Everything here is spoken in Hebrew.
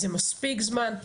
זה מספיק זמן,